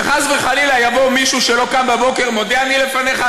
שחס וחלילה יבוא מישהו שלא קם בבוקר: מודה אני לפניך,